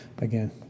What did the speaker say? Again